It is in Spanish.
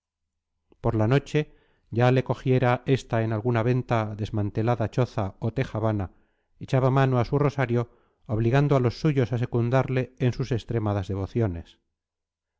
por la noche ya le cogiera esta en alguna venta desmantelada choza o tejavana echaba mano a su rosario obligando a los suyos a secundarle en sus extremadas devociones